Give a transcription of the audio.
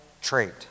trait